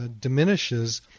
diminishes